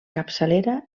capçalera